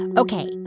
ok,